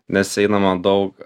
nes einama daug